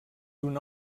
una